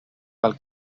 pel